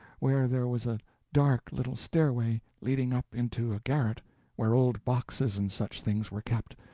where there was a dark little stairway leading up into a garret where old boxes and such things were kept,